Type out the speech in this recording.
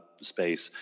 space